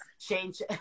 change